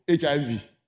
HIV